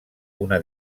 una